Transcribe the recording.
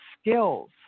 skills